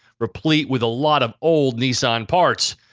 replete with a lot of old nissan parts.